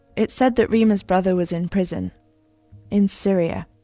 it said that reema's brother was in prison in syria